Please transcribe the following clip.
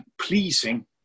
pleasing